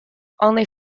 only